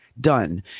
done